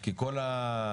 כי כל ה-,